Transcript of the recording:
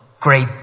great